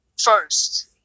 first